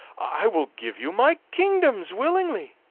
i will give you my kingdoms willingly